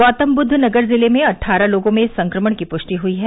गौतमवुद्वनगर जिले में अटठारह लोगों में संक्रमण की पृष्टि हुई है